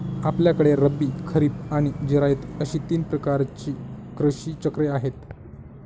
आपल्याकडे रब्बी, खरीब आणि जिरायत अशी तीन प्रकारची कृषी चक्रे आहेत